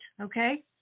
Okay